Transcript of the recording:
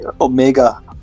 Omega